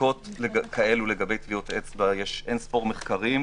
בדיקות כאלה לגבי טביעות אצבע יש אין ספור מחקרים,